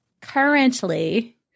Currently